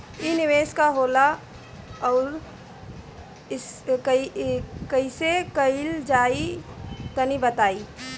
इ निवेस का होला अउर कइसे कइल जाई तनि बताईं?